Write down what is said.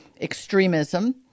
extremism